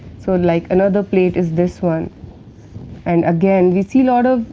so, like another plate, is this one and again, we see lot of